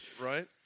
right